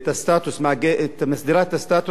מסדירה את הסטטוס החוקי